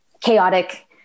chaotic